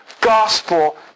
gospel